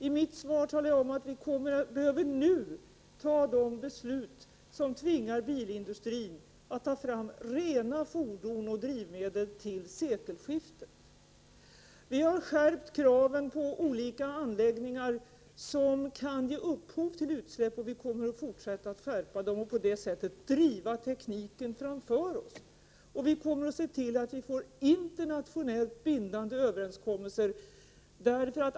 I mitt svar talar jag om att vi nu behöver fatta de beslut som tvingar bilindustrin att ta fram rena fordon och drivmedel till sekelskiftet. Vi har skärpt kraven på olika anläggningar som kan ge upphov till utsläpp, och vi kommer att fortsätta att skärpa dem och på det sättet driva tekniken framför oss. Vidare kommer vi att se till att vi får internationellt bindande överenskommelser.